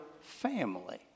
family